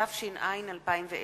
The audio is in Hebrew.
התש"ע 2010,